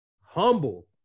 Humble